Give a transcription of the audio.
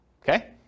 Okay